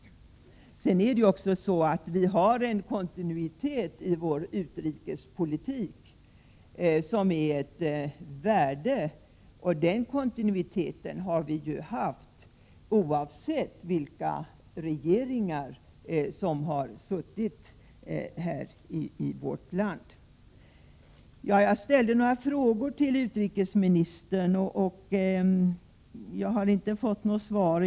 Vi har en kontinuitet i vår utrikespolitik som är av värde, och den kontinuiteten har vi haft oavsett vilka som har varit i regeringsställning. Jag ställde några frågor till utrikesministern, men jag har inte fått något svar.